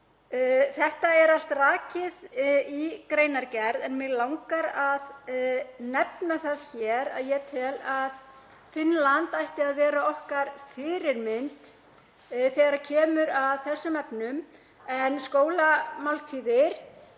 Þetta er allt rakið í greinargerðinni en mig langar að nefna það hér að ég tel að Finnland ætti að vera okkar fyrirmynd þegar kemur að þessum efnum. Skólamáltíðir